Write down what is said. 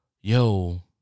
yo